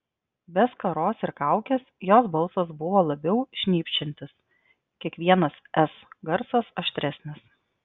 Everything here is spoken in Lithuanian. be skaros ir kaukės jos balsas buvo labiau šnypščiantis kiekvienas s garsas aštresnis